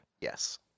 Yes